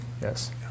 Yes